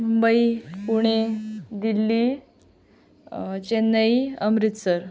Mumbai Pune Delhi Chennai Amritsar